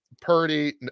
Purdy